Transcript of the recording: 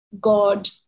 God